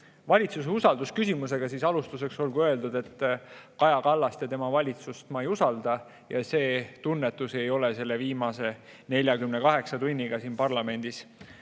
valitsuse usaldusküsimusega, siis alustuseks olgu öeldud, et Kaja Kallast ja tema valitsust ma ei usalda ja see tunnetus ei ole viimase 48 tunniga siin parlamendis